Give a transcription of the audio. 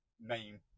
name